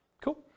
Cool